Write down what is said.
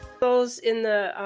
those in the